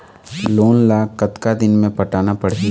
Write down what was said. Loan ला कतका दिन मे पटाना पड़ही?